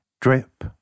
drip